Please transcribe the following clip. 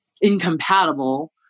incompatible